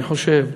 אני חושב,